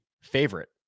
favorite